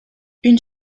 une